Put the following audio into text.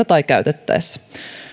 tai käytettäessä